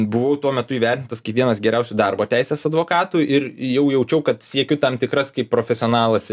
buvau tuo metu įvertintas kaip vienas geriausių darbo teisės advokatų ir jau jaučiau kad siekiu tam tikras kaip profesionalas